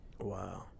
Wow